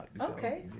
Okay